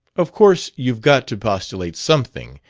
of course you've got to postulate something,